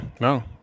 no